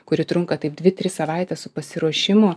kuri trunka taip dvi tris savaites su pasiruošimu